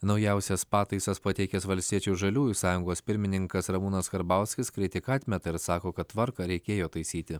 naujausias pataisas pateikęs valstiečių žaliųjų sąjungos pirmininkas ramūnas karbauskis kritiką atmeta ir sako kad tvarką reikėjo taisyti